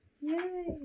Yay